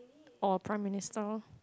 or Prime Minister